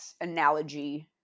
analogy